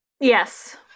Yes